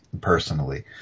personally